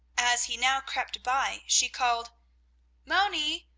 as he now crept by, she called moni!